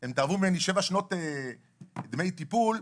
הם תבעו ממני שבע שנות דמי טיפול.